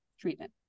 treatment